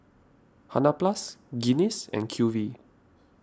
Hansaplast Guinness and Q V